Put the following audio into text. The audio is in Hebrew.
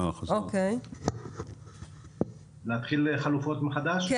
לדבר שוב על החלופות?